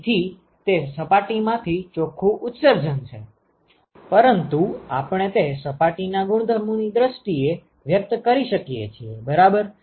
તેથી તે સપાટીમાંથી ચોખ્ખું ઉત્સર્જન છે પરંતુ આપણે તે સપાટીના ગુણધર્મો ની દ્રષ્ટિએ વ્યક્ત કરી શકીએ છીએ બરાબર